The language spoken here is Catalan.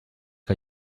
que